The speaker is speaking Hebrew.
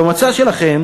במצע שלכם